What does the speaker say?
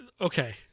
okay